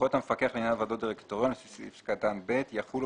סמכויות המפקח לעניין ועדות דירקטוריון לפי סעיף קטן (ב) יחולו,